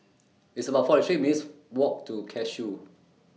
It's about forty three minutes' Walk to Cashew